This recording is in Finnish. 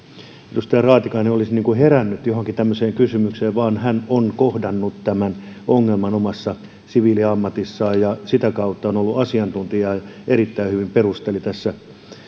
edustaja raatikainen olisi niin kuin herännyt johonkin tämmöiseen kysymykseen vaan hän on kohdannut tämän ongelman omassa siviiliammatissaan ja sitä kautta ollut asiantuntija ja erittäin hyvin perusteli tässä